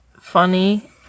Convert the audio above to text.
funny